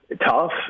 tough